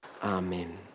Amen